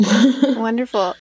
Wonderful